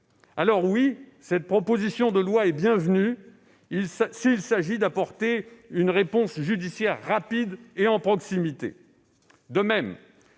sévère. Oui, cette proposition de loi est bienvenue s'il s'agit d'apporter une réponse judiciaire rapide et en proximité.